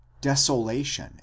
desolation